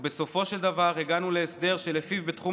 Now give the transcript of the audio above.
ובסופו של דבר הגענו להסדר שלפיו בתחום